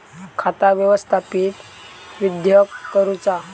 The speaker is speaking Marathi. खाता व्यवस्थापित किद्यक करुचा?